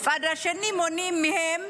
מצד שני מונעים מהם